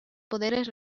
poderes